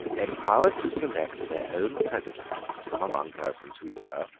empowered to select their own president from among persons who were,